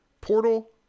Portal